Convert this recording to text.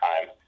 time